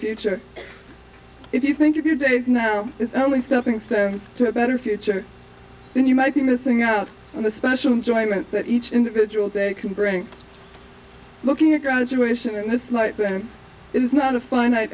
future if you think of your days now it's only stepping stones to a better future then you might be missing out on the special enjoyment that each individual day can bring looking at graduation and this life it is not a finite